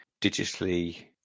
digitally